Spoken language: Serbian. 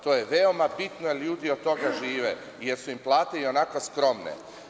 To je veoma bitno, jer ljudi od toga žive, jer su im plate ionako skromne.